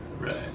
Right